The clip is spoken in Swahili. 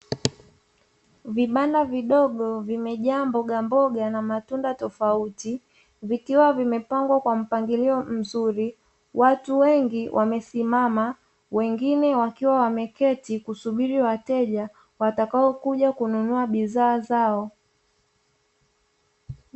Vibanda vidogo vimejaa mbogamboga na matunda tofauti, vikiwa vimepangwa kwa mpangilio mzuri, watu wengi wamesimama wengine wakiwa wameketi kusubiri wateja watakaokuja kununua bidhaa zao.